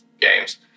games